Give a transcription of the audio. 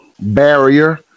barrier